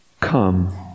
come